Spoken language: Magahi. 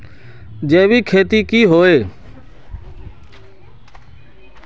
जैविक खेती की होय?